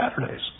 Saturdays